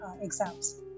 exams